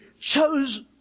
chose